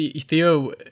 Theo